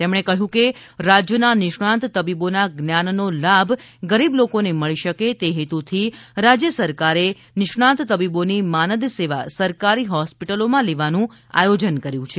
તેમણે કહ્યું કે રાજ્યના નિષ્ણાંત તબીબોના જ્ઞાનનો લાભ ગરીબ લોકોને મળી શકે તે હેતુથી રાજ્ય સરકારે નિષ્ણાંત તબીબોની માનદ સેવા સરકારી હોસ્પીટલોમાં લેવાનું આયોજન કર્યું છે